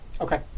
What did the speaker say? Okay